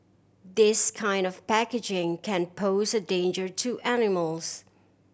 this kind of packaging can pose a danger to animals